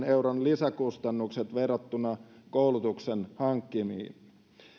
euron lisäkustannukset verrattuna koulutuksen hankkineisiin